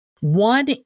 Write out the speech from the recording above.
One